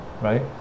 right